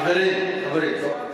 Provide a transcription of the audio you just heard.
חברים, חברים.